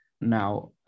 now